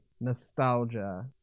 nostalgia